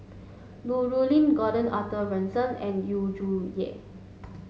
Lu Rulin Gordon Arthur Ransome and Yu Zhuye